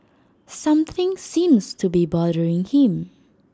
something seems to be bothering him